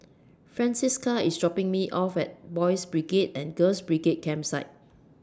Francisca IS dropping Me off At Boys' Brigade and Girls' Brigade Campsite